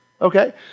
okay